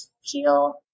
heal